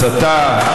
הסתה,